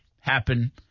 happen